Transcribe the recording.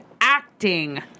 Acting